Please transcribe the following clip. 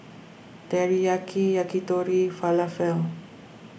Teriyaki Yakitori and Falafel